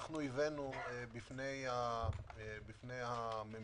הבאנו בפני הממשלה